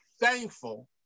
thankful